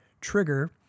trigger